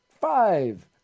five